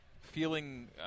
feeling